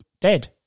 Dead